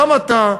גם אתה,